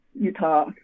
Utah